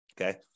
Okay